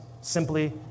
simply